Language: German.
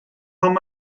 haben